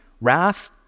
Wrath